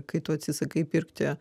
kai tu atsisakai pirkti